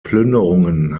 plünderungen